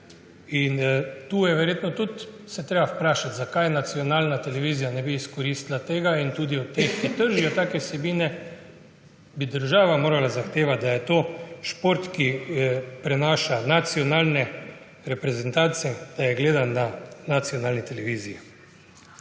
Inse je treba tudi vprašati, zakaj nacionalna televizija ne bi tega izkoristila in tudi od teh, ki tržijo take vsebine, bi država morala zahtevati, da je šport, ki prenaša nacionalne reprezentance, gledan na nacionalni televiziji.